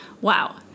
Wow